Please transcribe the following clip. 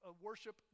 worship